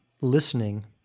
listening